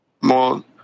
more